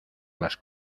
las